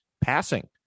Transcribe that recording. Passing